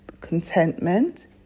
contentment